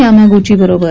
Yamaguchi बरोबर